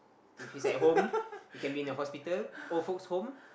if it's at home it can be at a hospital old folks home